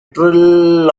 trill